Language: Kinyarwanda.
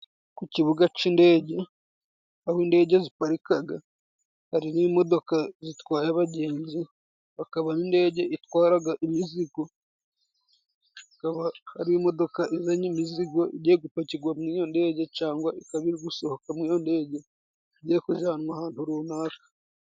Ku kibuga cy'indege, aho indege ziparika, hari imodoka zitwaye abagenzi, hakaba n'indege itwara imizigo, ikaba ari imodoka izanye imizigo igiye gupakirwa muri iyo ndege, cyangwa ikaba iri gusohoka muri iyo ndege igiye kujyanwa ahantu runaka.